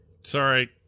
Sorry